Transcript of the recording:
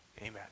Amen